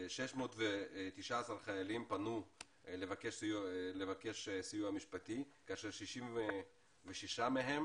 619 חיילים פנו לבקש סיוע משפטי, כאשר 66 מהם